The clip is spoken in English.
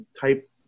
type